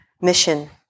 mission